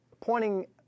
pointing